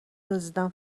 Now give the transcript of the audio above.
دزدیدن